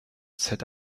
said